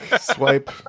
swipe